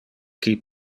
qui